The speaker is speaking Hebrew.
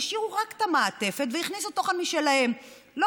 השאירו רק את המעטפת משלהם והכניסו תוכן משלהם.